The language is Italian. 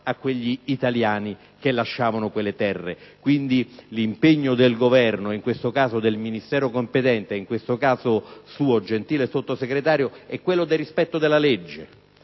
agli italiani che lasciavano quelle terre. L'impegno del Governo, del Ministero competente e in questo caso suo, gentile Sottosegretario, è quello del rispetto della legge: